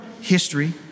history